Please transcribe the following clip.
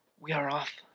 we are off.